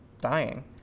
dying